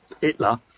Hitler